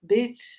Bitch